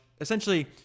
Essentially